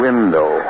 Window